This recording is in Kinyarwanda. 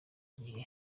gihe